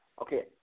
Okay